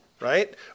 Right